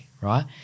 right